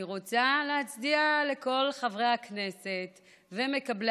אני רוצה להצדיע לכל חברי הכנסת ומקבלי